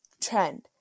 trend